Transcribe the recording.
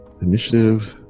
Initiative